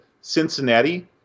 Cincinnati